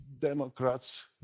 Democrats